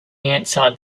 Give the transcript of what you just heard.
answer